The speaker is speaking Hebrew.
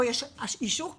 פה יש יישור קו.